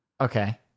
Okay